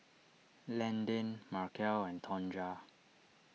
Landin Markell and Tonja